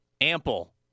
Ample